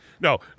No